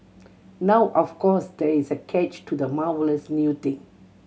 now of course there is a catch to this marvellous new thing